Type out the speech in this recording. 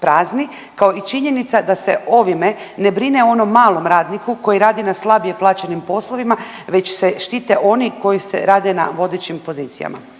prazni kao i činjenica da se ovime ne brine o onom malom radniku koji radi na slabije plaćenim poslovima već se štite oni koji se rade na vodećim pozicijama.